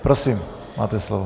Prosím, máte slovo.